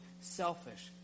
selfish